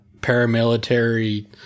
paramilitary